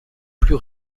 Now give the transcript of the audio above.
plus